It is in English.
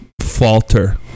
falter